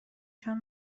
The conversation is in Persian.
چون